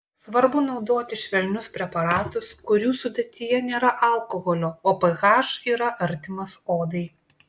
svarbu naudoti švelnius preparatus kurių sudėtyje nėra alkoholio o ph yra artimas odai